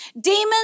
Demons